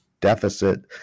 deficit